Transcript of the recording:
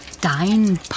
Dein